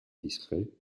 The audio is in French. discret